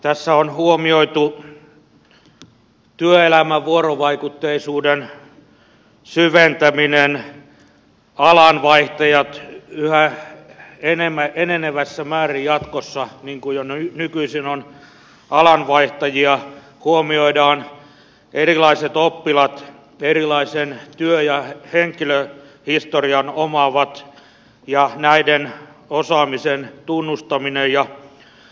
tässä on huomioitu työelämän vuorovaikutteisuuden syventäminen alan vaihtajat yhä enenevässä määrin jatkossa jo nykyisin on alan vaihtajia huomioidaan erilaiset oppilaat erilaisen työ ja henkilöhistorian omaavat ja näiden osaamisen tunnustaminen ja tunnistaminen